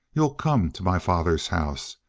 you'll come to my father's house?